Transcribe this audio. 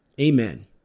Amen